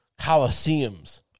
coliseums